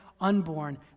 unborn